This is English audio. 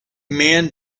man